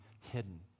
hidden